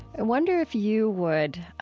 i wonder if you would